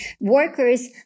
workers